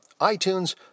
iTunes